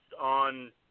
on